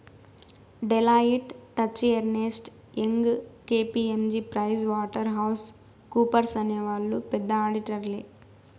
Deloitte, Touche Ernst, Young KPMG Price Waterhouse కూపర్స్అనే వాళ్ళు పెద్ద ఆడిటర్లే